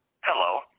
Hello